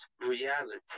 Reality